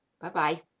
Bye-bye